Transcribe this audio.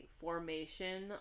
formation